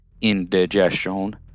indigestion